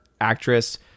actress